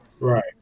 Right